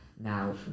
Now